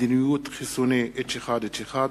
מדיניות חיסוני H1H1